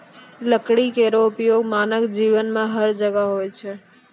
लकड़ी केरो उपयोग मानव जीवन में हर जगह होय छै